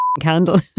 candle